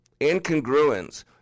Incongruence